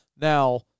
Now